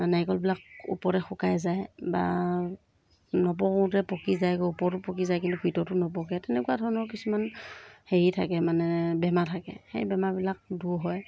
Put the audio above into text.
নাৰিকলবিলাক ওপৰতে শুকাই যায় বা নপকোঁতে পকি যায়গৈ ওপৰটো পকি যায় কিন্তু ভিতৰটো নপকে তেনেকুৱা ধৰণৰ কিছুমান হেৰি থাকে মানে বেমাৰ থাকে সেই বেমাৰবিলাক দূৰ হয়